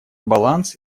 баланс